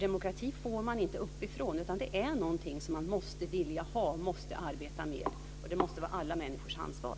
Demokrati får man inte uppifrån, utan det är någonting som man måste vilja ha och som man måste arbeta med. Och det måste vara alla människors ansvar.